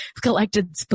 collected